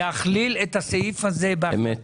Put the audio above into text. את זה אני לא יודע להגיד.